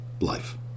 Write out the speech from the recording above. Life